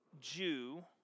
Jew